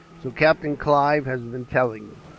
so captain clive has been telling me,